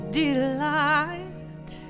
delight